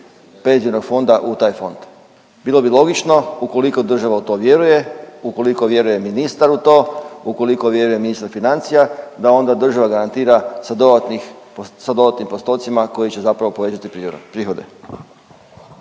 razumije./… u taj fond. Bilo bi logično ukoliko država u to vjeruje, ukoliko vjeruje ministar u to, ukoliko vjeruje ministar financija da onda država garantira sa dodatnim postocima koji će zapravo povećati prihode.